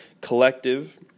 collective